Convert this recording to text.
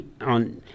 on